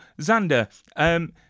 Xander